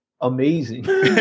amazing